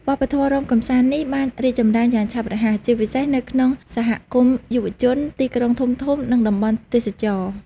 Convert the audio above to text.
វប្បធម៌រាំកម្សាន្តនេះបានរីកចម្រើនយ៉ាងឆាប់រហ័ស ជាពិសេសនៅក្នុងសហគមន៍យុវជន ទីក្រុងធំៗ និងតំបន់ទេសចរណ៍។